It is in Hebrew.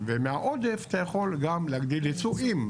ומהעודף אתה יכול גם להגדיל ייצואים,